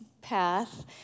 path